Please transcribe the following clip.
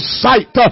sight